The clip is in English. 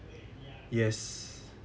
yes